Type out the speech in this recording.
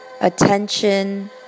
attention